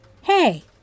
Hey